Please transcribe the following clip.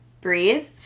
breathe